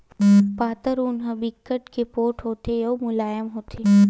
पातर ऊन ह बिकट के पोठ होथे अउ मुलायम होथे